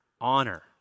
honor